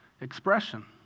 expression